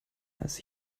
als